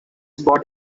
bought